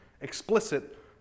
explicit